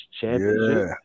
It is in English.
championship